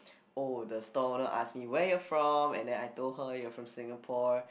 oh the store owner ask me where are you from and then I told her you're from Singapore